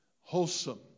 wholesome